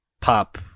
pop